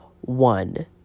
one